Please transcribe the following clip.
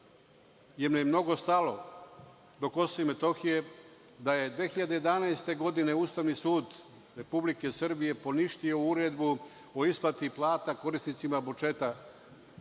im je mnogo stalo do KiM, da je 2011. godine Ustavni sud Republike Srbije poništio uredbu o isplati plata korisnicima budžeta,